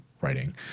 writing